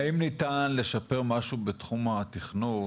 האם ניתן לשפר משהו בתחום התכנון,